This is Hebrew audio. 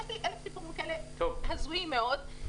יש לי אלף סיפורים כאלה הזויים מאוד.